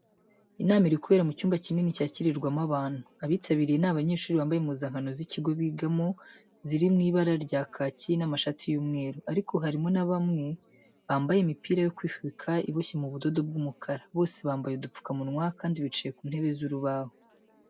Inama iri kubera mu cyumba kinini cyakirirwamo abantu. Abayitabiriye ni abanyeshuri bambaye impuzankano z’ikigo bigamo ziri mu ibara rya kaki n'amashati y'umweru, ariko harimo na bamwe bambaye imipira yo kwifubika iboshye mu budodo bw'umukara. Bose bambaye udupfukamunwa kandi bicaye ku ntebe z'urubaho.